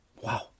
Wow